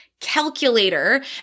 calculator